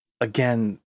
again